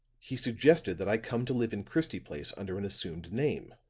he suggested that i come to live in christie place under an assumed name.